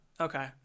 Okay